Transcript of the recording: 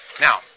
Now